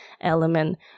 element